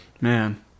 Man